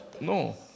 no